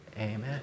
amen